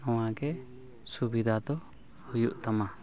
ᱱᱚᱣᱟᱜᱮ ᱥᱩᱵᱤᱫᱷᱟ ᱫᱚ ᱦᱩᱭᱩᱜ ᱛᱟᱢᱟ